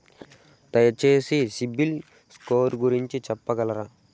దయచేసి సిబిల్ స్కోర్ గురించి చెప్పగలరా?